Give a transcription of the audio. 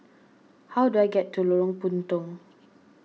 how do I get to Lorong Puntong